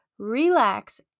relax